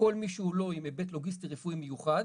כל מי שהוא לא עם היבט לוגיסטי רפואי מיוחד,